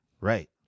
Right